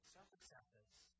Self-acceptance